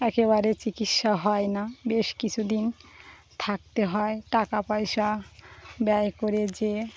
একেবারে চিকিৎসা হয় না বেশ কিছুদিন থাকতে হয় টাকা পয়সা ব্যয় করে যেয়ে